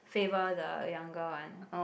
favor the younger one